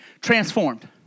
transformed